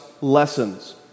lessons